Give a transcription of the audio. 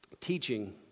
Teaching